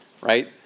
right